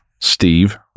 Steve